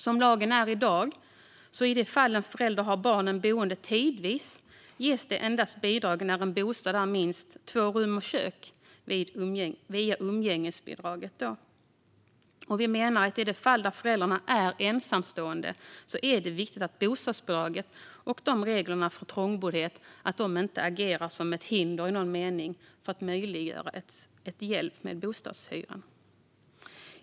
Som lagen är i dag kan i de fall en förälder har barnen boende hos sig tidvis endast ges bidrag via umgängesbidraget när en bostad är minst två rum och kök. Vi menar att i de fall där föräldrarna är ensamstående är det viktigt att bostadsbidraget och reglerna för trångboddhet inte agerar som ett hinder i någon mening för att möjliggöra hjälp med bostadshyran.